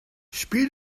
spiel